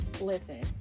listen